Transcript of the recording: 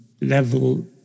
level